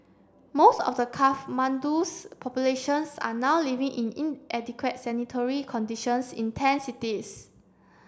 most of the Kathmandu's populations are now living in inadequate sanitary conditions in tent cities